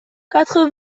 quatre